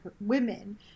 women